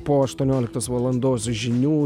po aštuonioliktos valandos žinių